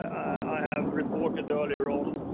i have reported, earlier on,